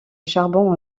charbon